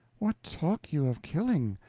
what, talk you of killing?